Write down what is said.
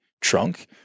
trunk